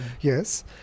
Yes